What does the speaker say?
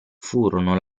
furono